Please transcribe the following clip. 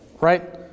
right